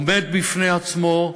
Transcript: עומד בפני עצמו,